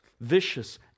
vicious